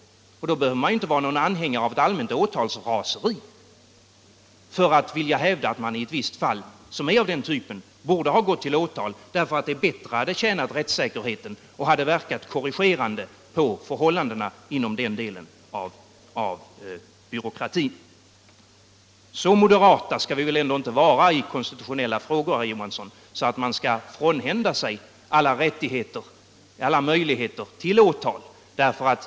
Man behöver inte vara anhängare av ett allmänt åtalsraseri för att hävda att ett visst fall av denna typ borde ha gått till åtal, eftersom det bättre hade tjänat rättssäkerheten och verkat korrigerande på förhållandena inom den delen av byråkratin. Så moderata skall vi väl ändå inte vara i konstitutionella frågor, herr Johansson, att vi frånhänder oss alla möjligheter till åtal.